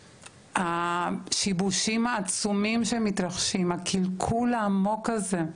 השיבושים העצומים שמתרחשים, הקלקול העמוק הזה.